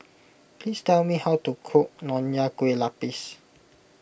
please tell me how to cook Nonya Kueh Lapis